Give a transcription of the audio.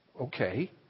Okay